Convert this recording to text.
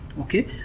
Okay